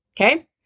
Okay